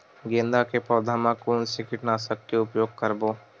गेंदा के पौधा म कोन से कीटनाशक के उपयोग करबो?